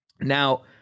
Now